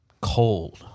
cold